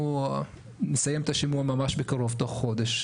עוד מעט.